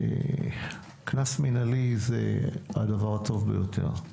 קנס מינהלי זה הדבר הטוב ביותר.